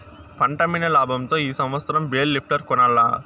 పంటమ్మిన లాబంతో ఈ సంవత్సరం బేల్ లిఫ్టర్ కొనాల్ల